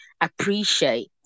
appreciate